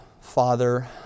Father